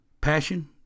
passion